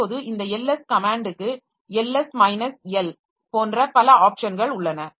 இப்போது இந்த ls கமேன்ட்க்கு ls minus l ls minus al போன்ற பல ஆப்ஷன்கள் உள்ளன